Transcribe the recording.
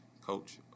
coach